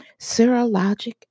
serologic